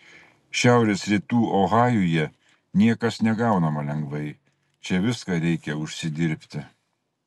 šiaurės rytų ohajuje niekas negaunama lengvai čia viską reikia užsidirbti